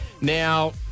Now